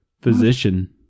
physician